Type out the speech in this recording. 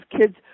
kids